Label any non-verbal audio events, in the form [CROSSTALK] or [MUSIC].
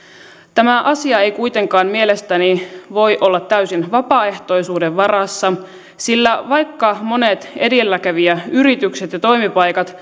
tämä asia ei kuitenkaan mielestäni voi olla täysin vapaaehtoisuuden varassa sillä vaikka monet edelläkävijäyritykset ja toimipaikat [UNINTELLIGIBLE]